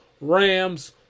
Rams